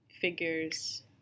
figures